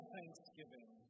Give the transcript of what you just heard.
Thanksgiving